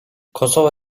kosova